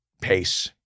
pace